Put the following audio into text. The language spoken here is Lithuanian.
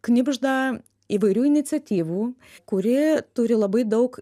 knibžda įvairių iniciatyvų kuri turi labai daug